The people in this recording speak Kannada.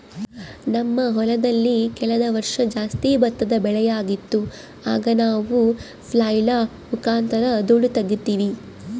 ನಮ್ಮ ಹೊಲದಲ್ಲಿ ಕಳೆದ ವರ್ಷ ಜಾಸ್ತಿ ಭತ್ತದ ಬೆಳೆಯಾಗಿತ್ತು, ಆಗ ನಾವು ಫ್ಲ್ಯಾಯ್ಲ್ ಮುಖಾಂತರ ಧೂಳು ತಗೀತಿವಿ